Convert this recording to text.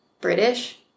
British